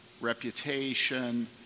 reputation